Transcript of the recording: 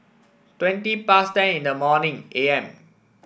twenty past ten in the morning A M